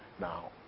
Now